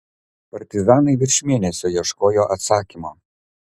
partizanai virš mėnesio ieškojo atsakymo